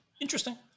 Interesting